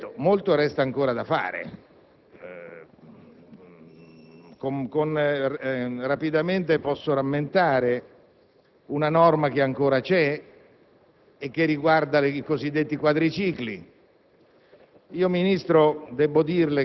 Certo, molto resta ancora da fare. Rapidamente, posso rammentare una norma che ancora c'è e che riguarda i cosiddetti quadricicli.